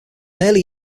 early